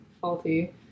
faulty